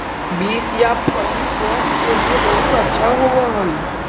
beans या फली स्वास्थ्य के लिए बहुत अच्छा होवअ हई